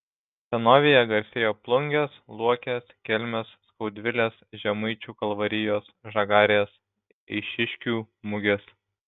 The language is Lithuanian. senovėje garsėjo plungės luokės kelmės skaudvilės žemaičių kalvarijos žagarės eišiškių mugės